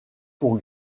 pour